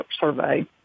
survey